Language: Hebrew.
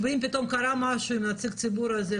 ואם פתאום קרה משהו עם נציג הציבור הזה,